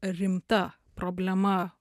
rimta problema